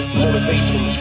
motivation